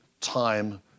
time